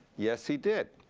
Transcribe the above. yes, he did.